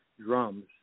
drums